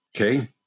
Okay